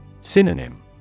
Synonym